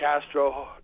Castro